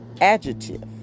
adjective